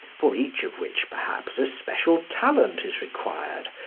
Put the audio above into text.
for each of which perhaps a special talent is required,